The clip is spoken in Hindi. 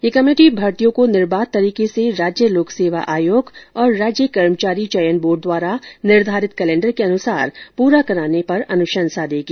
यह कमेटी भर्तियों को निर्बाध तरीके से राज्य लोक सेवा आयोग और राज्य कर्मचारी चयन बोर्ड द्वारा निर्घारित कलेण्डर के अनुसार पूरा कराने पर अनुशंसा देगी